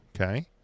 okay